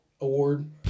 award